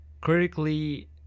critically